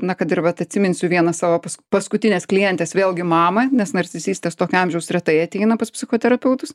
na kad ir vat atsiminsiu vieną savo paskutinės klientės vėlgi mamą nes narcisistės tokio amžiaus retai ateina pas psichoterapeutus